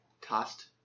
tossed